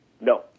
No